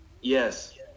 Yes